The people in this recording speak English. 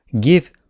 give